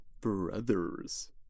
Brothers